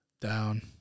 Down